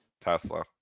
Tesla